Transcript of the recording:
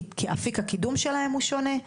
כי אפיק הקידום שלהן הוא שונה.